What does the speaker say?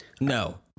No